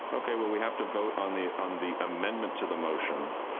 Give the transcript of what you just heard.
okay, well we have to vote on the on the amendment to the motion,